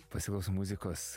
pasiklausom muzikos